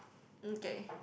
okay